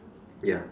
ya